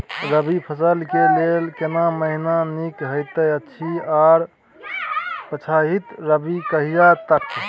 रबी फसल के लेल केना महीना नीक होयत अछि आर पछाति रबी कहिया तक?